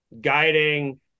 guiding